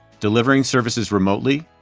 delivering services remotely,